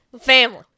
Family